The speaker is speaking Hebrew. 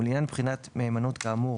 ולעניין בחינת מהימנות כאמור